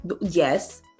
Yes